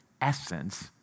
essence